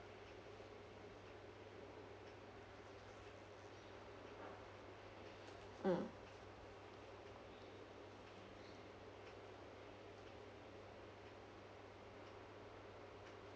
mm